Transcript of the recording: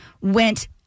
went